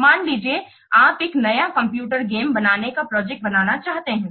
मान लीजिये आप एक नया कंप्यूटर गेम बनाने का प्रोजेक्ट बनाना चाहते है